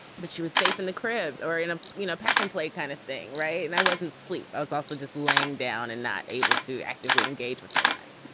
but she was safe in the crib or in a, you know, pack and play kind of thing. right. and i wasn't sleep. i was also just laying down and not able to actively engage with her much.